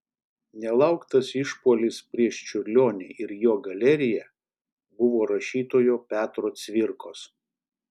nelauktas išpuolis prieš čiurlionį ir jo galeriją buvo rašytojo petro cvirkos